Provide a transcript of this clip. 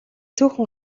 цөөхөн